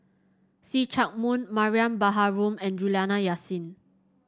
See Chak Mun Mariam Baharom and Juliana Yasin